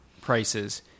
prices